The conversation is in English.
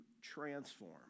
Transform